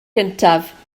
gyntaf